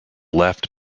left